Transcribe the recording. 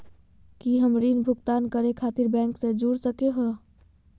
की हम ऋण भुगतान करे खातिर बैंक से जोड़ सको हियै?